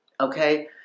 okay